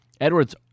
Edwards